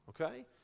Okay